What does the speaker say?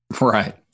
Right